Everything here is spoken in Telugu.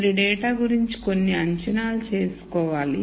మీరు డేటా గురించి కొన్ని అంచనాలు చేసుకోవాలి